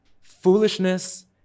foolishness